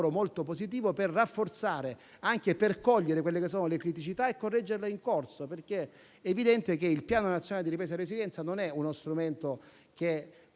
molto positivo per rafforzare e anche per cogliere le criticità e correggerle in corso. È evidente infatti che il Piano nazionale di ripresa e resilienza non è uno strumento che